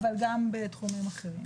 אבל גם בתחומים אחרים.